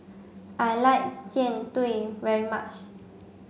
I like Jian Dui very much